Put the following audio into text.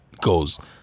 goes